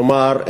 כלומר,